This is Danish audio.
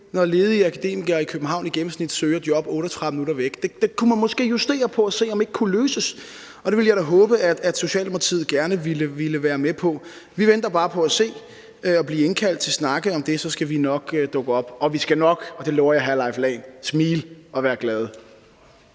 når ledige akademikere i København i gennemsnit søger job 38 minutter væk. Det kunne man måske justere på og se om ikke kunne løses, og det vil jeg da håbe, at Socialdemokratiet gerne vil være med på. Vi venter bare på at blive indkaldt til at snakke om det, og så skal vi nok dukke op. Og vi skal nok – det lover jeg hr. Leif Lahn Jensen – smile og være glade.